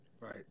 Right